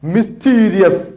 Mysterious